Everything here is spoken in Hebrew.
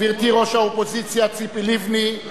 גברתי ראש האופוזיציה ציפי לבני,